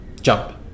Jump